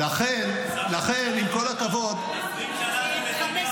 אבל 20 שנה זה נתניהו, לא אנחנו.